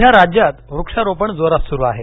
सध्या राज्यात वृक्षारोपण जोरात सुरू आहे